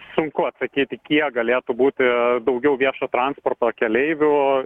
sunku atsakyti kiek galėtų būti daugiau viešoj transporto keleivių